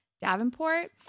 Davenport